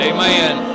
Amen